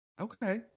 Okay